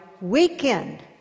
weekend